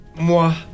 moi